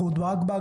אנחנו רק בהגדרות.